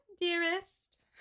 Dearest